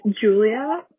Julia